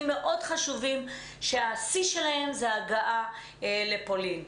מאוד חשובים שהשיא שלהם הוא ההגעה לפולין.